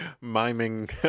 miming